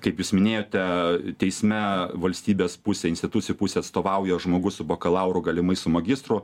kaip jūs minėjote teisme valstybės pusę institucijų pusę atstovauja žmogus su bakalauru galimai su magistru